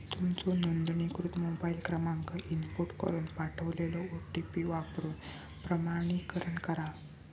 तुमचो नोंदणीकृत मोबाईल क्रमांक इनपुट करून पाठवलेलो ओ.टी.पी वापरून प्रमाणीकरण करा